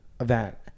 event